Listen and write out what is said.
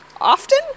often